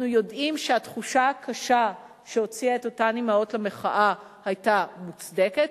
אנחנו יודעים שהתחושה הקשה שהוציא את אותן אמהות למחאה היתה מוצדקת,